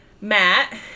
Matt